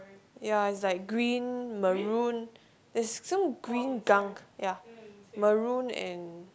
ya is like green maroon there's some green gunk ya maroon and